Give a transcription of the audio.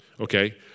okay